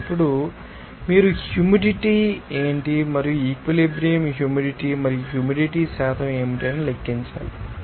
ఇప్పుడు మీరు హ్యూమిడిటీ ఏమిటి మరియు ఈక్విలిబ్రియం హ్యూమిడిటీ మరియు హ్యూమిడిటీ శాతం ఏమిటి అని లెక్కించాలి